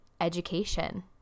education